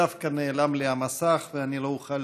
ודווקא נעלם לי המסך ואני לא אוכל